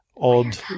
odd